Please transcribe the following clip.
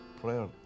prayer